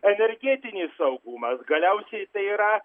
energetinis saugumas galiausiai tai yra